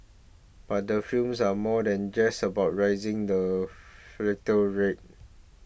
but the films are more than just about rising the fertile rate